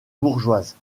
bourgeoises